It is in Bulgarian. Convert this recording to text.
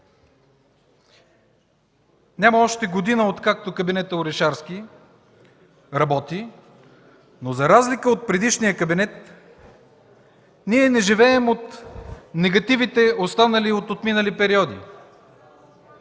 няма година, откакто кабинетът Орешарски работи, но за разлика от предишния кабинет ние не живеем от негативите, останали от отминали периоди.